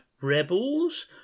rebels